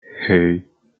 hey